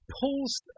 pulls